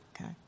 Okay